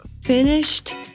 finished